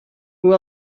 who